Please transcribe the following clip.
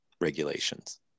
regulations